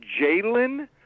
Jalen